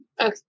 Okay